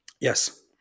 Yes